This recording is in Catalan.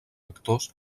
actors